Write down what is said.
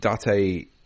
Date